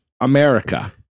America